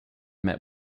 met